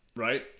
Right